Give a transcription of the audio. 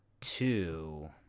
two